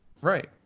Right